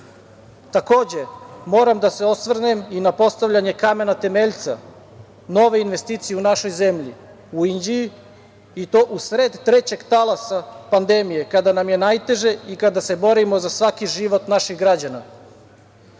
moram da se osvrnem i na postavljanje kamena temeljca, nove investicije u našoj zemlji u Inđiji i to u sred trećeg talasa pandemije, kada nam je najteže i kada se borimo za svaki život naših građana.